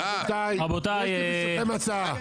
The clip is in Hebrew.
נהרג לנגד עיניי חבר שלי עם רימון ביד שלו בתא טנק קשר שהוא